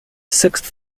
sixth